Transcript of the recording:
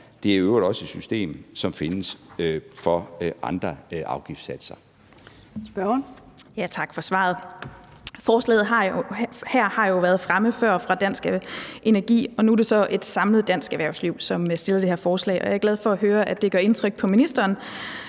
Det er i øvrigt også et system, som findes for andre afgiftssatser.